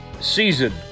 season